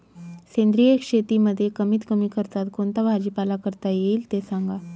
सेंद्रिय शेतीमध्ये कमीत कमी खर्चात कोणता भाजीपाला करता येईल ते सांगा